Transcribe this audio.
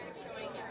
showing